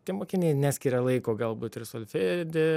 tie mokiniai neskiria laiko galbūt ir solfedį